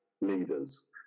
leaders